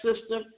system